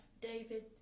david